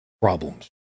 problems